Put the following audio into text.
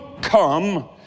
come